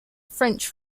french